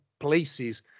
places